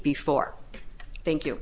before thank you